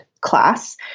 class